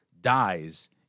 dies